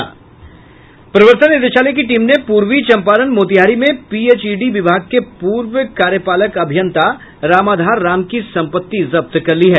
प्रवर्तन निदेशालय की टीम ने पूर्वी चंपारण मोतिहारी में पीएचईडी विभाग के पूर्व कार्यपालक अभियंता रामाधार राम की संपत्ति जब्त कर ली है